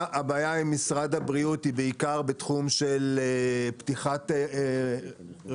הבעיה עם משרד הבריאות היא בעיקר בתחום של פתיחת רשתות